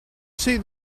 see